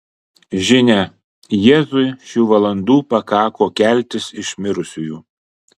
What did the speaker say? žinia jėzui šių valandų pakako keltis iš mirusiųjų